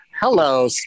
Hello